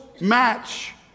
match